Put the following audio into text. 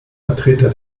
vertreter